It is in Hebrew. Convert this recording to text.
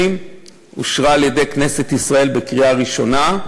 אושרה על-ידי כנסת ישראל בקריאה ראשונה.